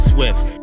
Swift